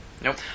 Nope